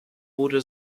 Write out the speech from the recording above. wurde